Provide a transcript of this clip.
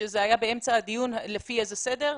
כשזה זה היה באמצע הדיון לפי איזשהו סדר,